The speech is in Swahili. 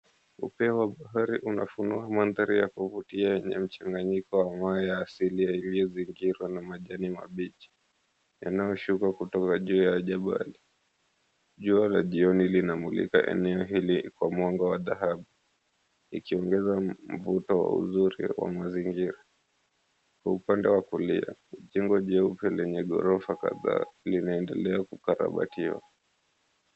Upeo wa bahari, unafunua mandhari ya kuvutia yenye mchanganyiko wa mawe ya asili yaliyozingirwa na majani mabichi, yanayoshuka kutoka juu ya jabali. Jua la jioni linamulika eneo hili kwa mwanga wa dhahabu. Ikiongeza mvuto wa uzuri wa mazingira. Kwa upande wa kulia, jengo jeupe lenye ghorofa kadhaa linaendelea kukarabatiwa.